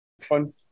fun